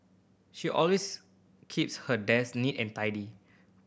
she always keeps her desk neat and tidy